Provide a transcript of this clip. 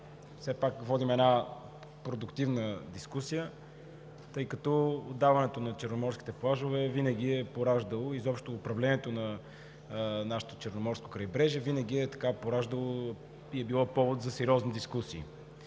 все пак водим една продуктивна дискусия, тъй като отдаването на черноморските плажове и изобщо управлението на нашето Черноморско крайбрежие винаги е пораждало и е било повод за сериозни дискусии.